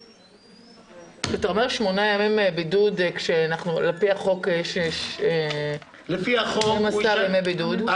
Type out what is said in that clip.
אתה מדבר על 8 ימי בידוד ועל פי החוק יש 12 ימי בידוד.